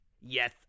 Yes